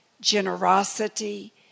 generosity